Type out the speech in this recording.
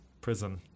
prison